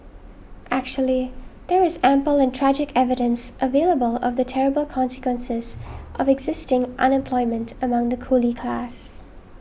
actually there is ample and tragic evidence available of the terrible consequences of existing unemployment among the coolie class